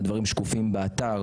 הדברים שקופים באתר.